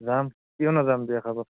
যাম কিয় নাযাম বিয়া খাব